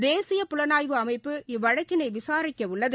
தேசிய புலனாய்வு அமைப்பு இவ்வழக்கினை விசாரிக்க உள்ளது